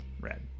Red